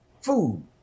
food